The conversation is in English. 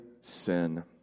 sin